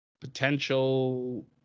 potential